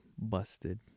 busted